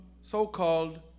so-called